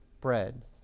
bread